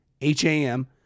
H-A-M